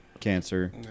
Cancer